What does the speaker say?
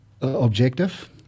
objective